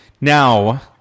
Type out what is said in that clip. Now